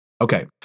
Okay